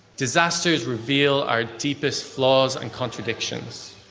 disasters reveal our deepest flaws and contradictions.